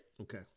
okay